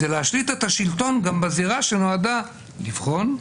זה להשליט את השלטון גם בזירה שנועדה לבחון,